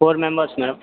four members madam